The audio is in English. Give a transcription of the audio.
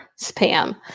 spam